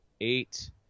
eight